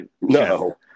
No